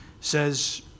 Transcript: says